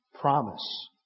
promise